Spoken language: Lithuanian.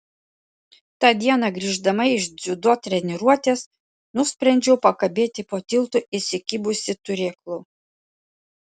tą dieną grįždama iš dziudo treniruotės nusprendžiau pakabėti po tiltu įsikibusi turėklų